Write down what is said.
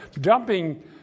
dumping